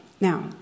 Now